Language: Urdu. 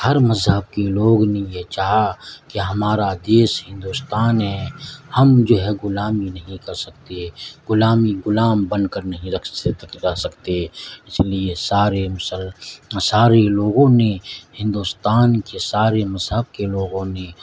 ہر مذہب کے لوگ نے یہ چاہا کہ ہمارا دیس ہندوستان ہے ہم جو ہے غلامی نہیں کر سکتے غلامی غلام بن کر نہیں رکھ رہ سکتے اس لیے سارے مسل سارے لوگوں نے ہندوستان کے سارے مذہب کے لوگوں نے